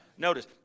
Notice